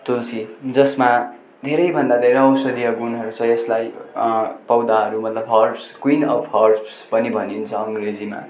तुलसी जसमा धेरैभन्दा धेरै औषधीय गुणहरू छ यसलाई पौधाहरू मतलब हर्बस् क्विन अफ हर्बस् पनि भनिन्छ अङ्ग्रेजीमा